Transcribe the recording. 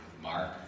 Mark